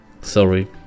Sorry